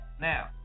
Now